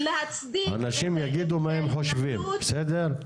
אנשים יגידו מה הם חושבים, בסדר?